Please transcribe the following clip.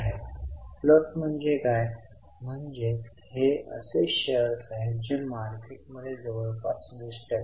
आता यावर आधारित आपण कॅश फ्लो स्टेटमेंट तयार करण्यासाठी गेलो